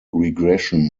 regression